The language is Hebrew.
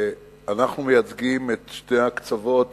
אנחנו מייצגים בבית הזה את שני הקצוות